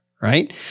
Right